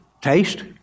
taste